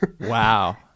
Wow